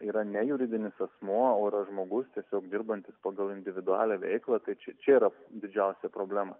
yra ne juridinis asmuo o yra žmogus tiesiog dirbantis pagal individualią veiklą tai čia yra didžiausia problema